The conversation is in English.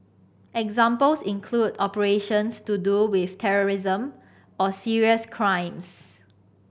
examples include operations to do with terrorism or serious crimes